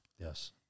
Yes